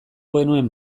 genuen